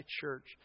church